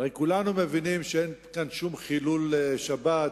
הרי כולנו מבינים שאין כאן שום חילול שבת.